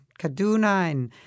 Kaduna